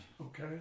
Okay